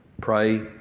pray